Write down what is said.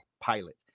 pilot